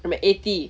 I'm at eighty